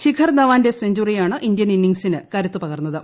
ശിഖർ ധവാന്റെ സെഞ്ചറിയാണ് ഇന്ത്യൻ ഇന്നിംഗ്സിന് കരുത്ത് പകർന്നത്